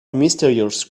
mysterious